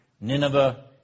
Nineveh